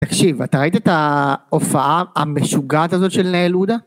תקשיב את ראית את ההופעה המשוגעת הזאת של נעלודה